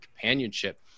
companionship